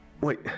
Wait